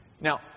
Now